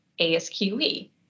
ASQE